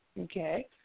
okay